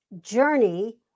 journey